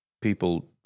people